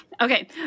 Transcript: Okay